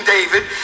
David